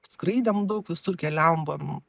skraidėm daug visur keliavom buvom